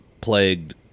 plagued